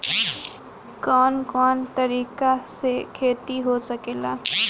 कवन कवन तरीका से खेती हो सकेला